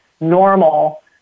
normal